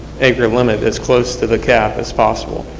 acre limit as close to the cap as possible.